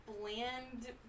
Bland